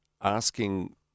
asking